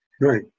Right